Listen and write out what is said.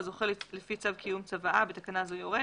או זוכה לפי צו קיום צוואה (בתקנה זו "יורש"),